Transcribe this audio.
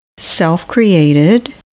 self-created